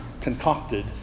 concocted